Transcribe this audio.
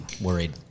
worried